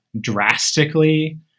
drastically